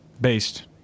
based